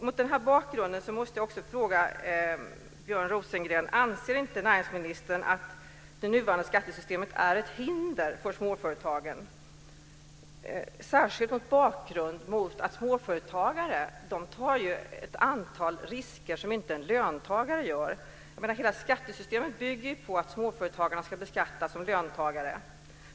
Mot den bakgrunden måste jag fråga Björn Rosengren: Anser inte näringsministern att det nuvarande skattesystemet är ett hinder för småföretagen, särskilt med tanke på att småföretagare tar risker som inte löntagare tar? Skattesystemet bygger ju på att småföretagare ska beskattas som löntagare.